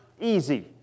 easy